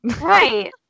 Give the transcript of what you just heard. Right